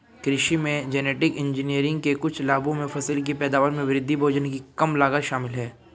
कृषि में genetic engineering के कुछ लाभों में फसल की पैदावार में वृद्धि, भोजन की कम लागत शामिल हैं